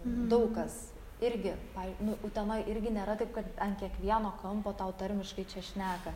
daug kas irgi pav utenoj irgi nėra taip kad ant kiekvieno kampo tau tarmiškai čia šneka